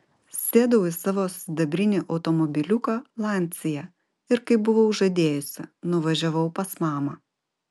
sėdau į savo sidabrinį automobiliuką lancia ir kaip buvau žadėjusi nuvažiavau pas mamą